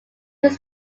use